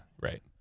right